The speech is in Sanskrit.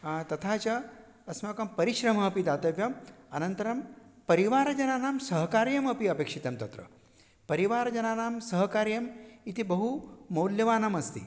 तथा च अस्माकं परिश्रमः अपि दातव्यम् अनन्तरं परिवारजनानां सहकार्यमपि अपेक्षितं तत्र परिवारजनानां सहकार्यम् इति बहु मूल्यमानमस्ति